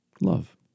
Love